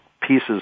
pieces